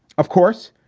of course,